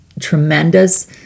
tremendous